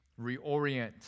reorient